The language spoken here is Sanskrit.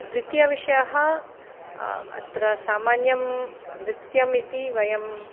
द्वितीयविषयः अत्र सामान्यं नृत्यम् इति वयम्